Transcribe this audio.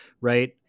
right